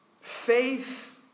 Faith